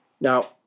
Now